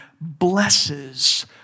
blesses